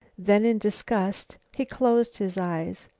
then, in disgust, he closed his eyes.